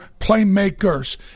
playmakers